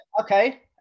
Okay